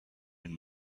and